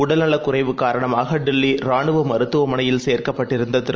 உடல்நலக்குறைவுகாரணமாகடெல்லிராணுவமருத்துவமனையில்சேர்க்கப்பட்டி ருந்தகிரு